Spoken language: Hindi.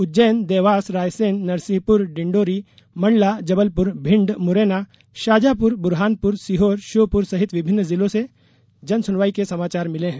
उज्जैन देवास रायसेन नरसिंहपुर डिण्डोरी मंडला जबलपुर भिंड मुरैना शाजापुर बुरहानपुर सीहोर श्योपुर सहित विभिन्न जिलों से जनसुनवाई के समाचार मिले हैं